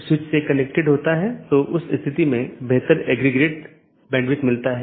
यदि हम अलग अलग कार्यात्मकताओं को देखें तो BGP कनेक्शन की शुरुआत और पुष्टि करना एक कार्यात्मकता है